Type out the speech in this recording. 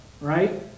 Right